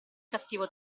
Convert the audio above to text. cattivo